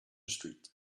street